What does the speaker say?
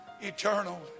eternal